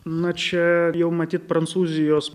na čia jau matyt prancūzijos